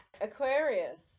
Aquarius